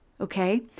okay